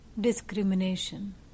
discrimination